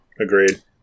Agreed